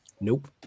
Nope